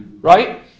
Right